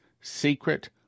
Secret